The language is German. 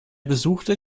besuchte